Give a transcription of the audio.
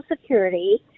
security